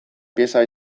pieza